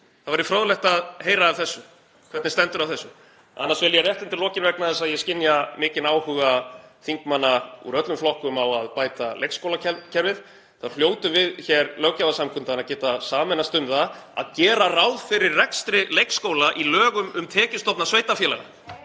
Það væri fróðlegt að heyra af þessu, hvernig stendur á þessu. Annars vil ég segja rétt undir lokin: Vegna þess að ég skynja mikinn áhuga þingmanna úr öllum flokkum á að bæta leikskólakerfið þá hljótum við hér, löggjafarsamkundan, að geta sameinast um að gera ráð fyrir rekstri leikskóla í lögum um tekjustofna sveitarfélaga.